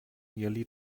nearly